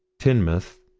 teignmouth,